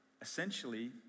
Essentially